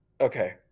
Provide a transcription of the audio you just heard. Okay